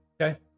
Okay